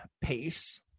pace